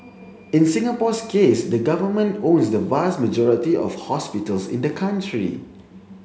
in Singapore's case the Government owns the vast majority of hospitals in the country